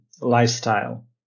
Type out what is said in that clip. lifestyle